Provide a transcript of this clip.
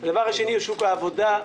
דבר שני, שוק העבודה.